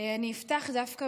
אני אפתח דווקא